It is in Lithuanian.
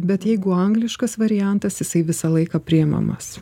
bet jeigu angliškas variantas jisai visą laiką priemamas